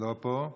לא פה.